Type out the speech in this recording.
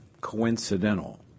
coincidental